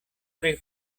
tre